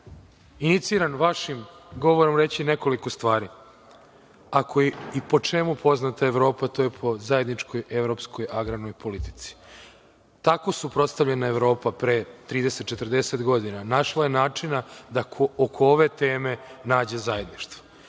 iniciran vašim govorom reći nekoliko stvari. Ako je i po čemu poznata Evropa, to je po zajedničkoj evropskoj agrarnoj politici. Tako suprotstavljena Evropa pre 30, 40 godina našla je načina da oko ove teme nađe zajedništvo.